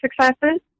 successes